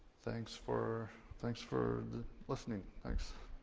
thanks for thanks for listening. thanks.